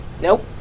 Nope